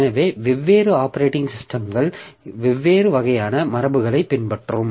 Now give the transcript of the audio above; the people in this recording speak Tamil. எனவே வெவ்வேறு ஆப்பரேட்டிங் சிஸ்டம்கள் வெவ்வேறு வகையான மரபுகளைப் பின்பற்றும்